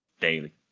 daily